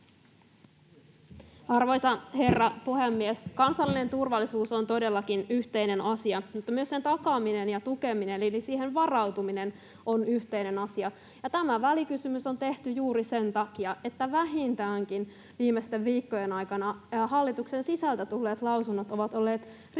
Arvoisa herra puhemies! Kansallinen turvallisuus on todellakin yhteinen asia, mutta myös sen takaaminen ja tukeminen eli siihen varautuminen on yhteinen asia. Ja tämä välikysymys on tehty juuri sen takia, että vähintäänkin viimeisten viikkojen aikana hallituksen sisältä tulleet lausunnot ovat olleet